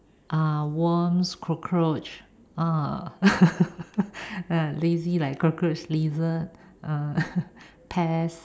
uh worms cockroach uh lazy like cockroach lizard uh pests